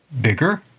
bigger